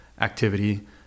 activity